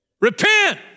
Repent